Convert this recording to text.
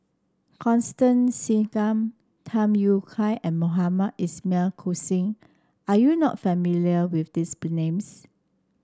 Constance Singam Tham Yui Kai and Mohamed Ismail Hussain Are you not familiar with these names